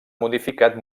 modificat